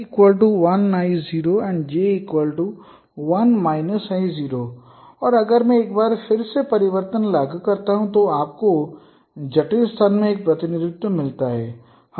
I 1 i 0 and J 1 i 0 और अगर मैं एक बार फिर से परिवर्तन लागू करता हूं तो आपको जटिल स्थान में एक प्रतिनिधित्व मिलता है